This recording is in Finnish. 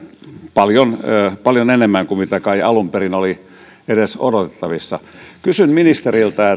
paljon paljon enemmän kuin mitä kai alun perin oli edes odotettavissa kysyn ministeriltä